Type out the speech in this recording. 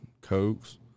Cokes